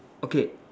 okay